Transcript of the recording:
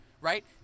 right